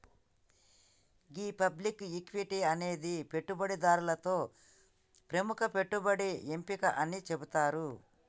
గీ public equity అనేది పెట్టుబడిదారులతో ప్రముఖ పెట్టుబడి ఎంపిక అని సెబుతారు